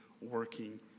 working